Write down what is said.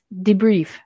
debrief